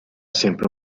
sempre